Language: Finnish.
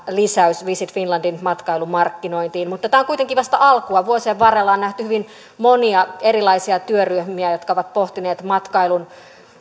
lisäys visit finlandin matkailumarkkinointiin mutta tämä on kuitenkin vasta alkua vuosien varrella on nähty hyvin monia erilaisia työryhmiä jotka ovat pohtineet matkailun